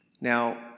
Now